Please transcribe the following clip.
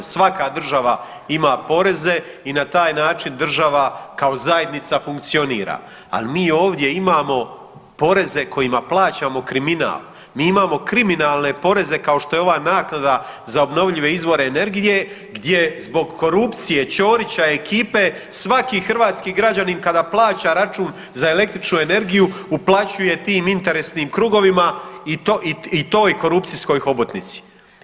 Svaka država ima poreze i na taj način država kao zajednica funkcionira, ali mi ovdje imamo poreze kojima plaćamo kriminal, mi imamo kriminalne poreze kao što je ova naknada za obnovljive izvore energije gdje zbog korupcije Ćorića i ekipe svaki hrvatski građani kada plaća račun za električnu energiju uplaćuje tim interesnim krugovima i toj korupcijskoj hobotnici.